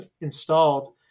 installed